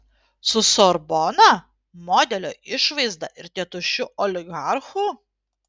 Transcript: su sorbona modelio išvaizda ir tėtušiu oligarchu